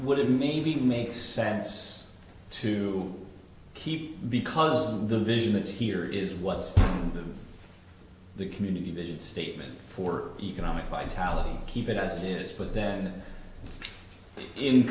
would have maybe makes sense to keep because the vision that's here is what's the community vision statement for economic vitality keep it as it is but then in